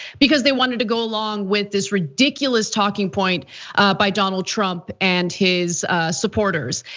because they wanted to go along with this ridiculous talking point by donald trump and his supporters.